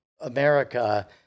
America